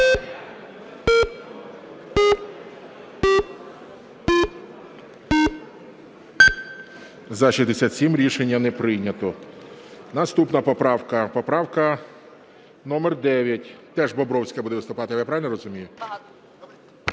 За-67 Рішення не прийнято. Наступна поправка – поправка номер 9. Теж Бобровська буде виступати, я правильно розумію?